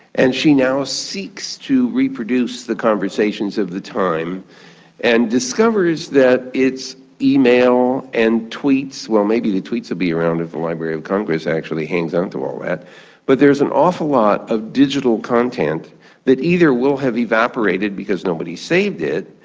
and she now seeks to reproduce the conversations of the time and discovers that it's email and tweets, well, maybe the tweets will be around if the library of congress actually hangs on to but there's an awful lot of digital content that either will have evaporated because nobody saved it,